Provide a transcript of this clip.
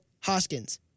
Hoskins